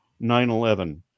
9/11